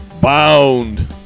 Bound